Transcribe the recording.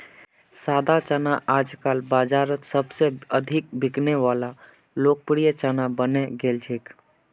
सादा चना आजकल बाजारोत सबसे अधिक बिकने वला लोकप्रिय चना बनने गेल छे